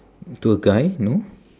to a guy no